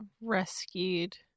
rescued